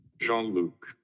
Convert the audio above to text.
Jean-Luc